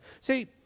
See